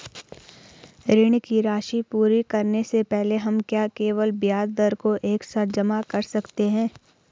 ऋण की राशि पूरी करने से पहले हम क्या केवल ब्याज दर को एक साथ जमा कर सकते हैं?